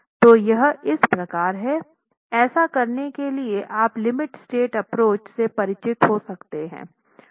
तो यह इस प्रकार है ऐसा करने के लिए आप लिमिट स्टेट एप्रोच से परिचित हो सकते हैं